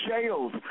jails